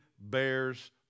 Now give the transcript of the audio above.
bears